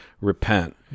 repent